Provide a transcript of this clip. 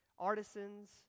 artisans